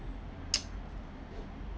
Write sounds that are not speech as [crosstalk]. [noise]